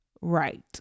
right